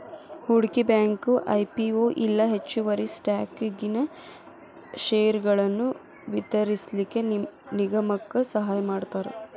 ಹೂಡ್ಕಿ bank IPO ಇಲ್ಲಾ ಹೆಚ್ಚುವರಿ ಸ್ಟಾಕನ್ಯಾಗಿನ್ ಷೇರ್ಗಳನ್ನ ವಿತರಿಸ್ಲಿಕ್ಕೆ ನಿಗಮಕ್ಕ ಸಹಾಯಮಾಡ್ತಾರ